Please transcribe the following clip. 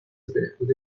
بهبود